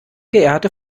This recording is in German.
geehrte